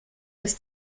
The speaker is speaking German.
dass